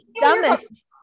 dumbest